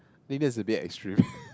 think that's a bit extreme